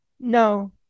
no